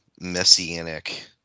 messianic